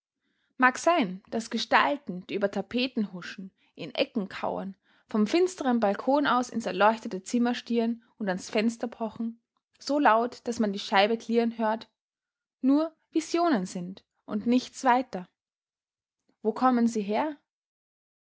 mag sein daß gestalten die über tapeten huschen in ecken kauern vom finsteren balkon aus ins erleuchtete zimmer stieren und ans fenster pochen so laut daß man die scheibe klirren hört nur visionen sind und nichts weiter wo kommen sie her